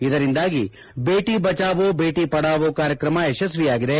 ಇದರಿಂದಾಗಿ ಬೇಟಿ ಬಜಾವೋ ಬೇಟಿ ಪಥಾವೋ ಕಾರ್ಯಕ್ರಮ ಯಶಸ್ವಿಯಾಗಿದೆ